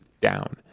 down